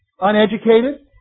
Uneducated